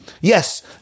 Yes